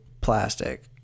plastic